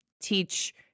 teach